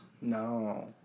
No